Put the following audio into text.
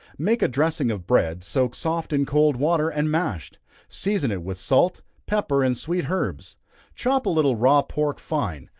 make a dressing of bread, soaked soft in cold water, and mashed season it with salt, pepper, and sweet herbs chop a little raw pork fine,